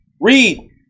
Read